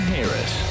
Harris